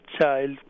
child